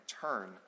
turn